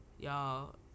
Y'all